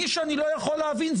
מי שאני לא יכול להבין,